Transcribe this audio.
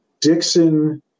Dixon